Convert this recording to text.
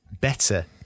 better